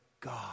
God